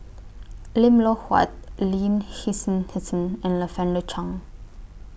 Lim Loh Huat Lin Hsin Hsin and Lavender Chang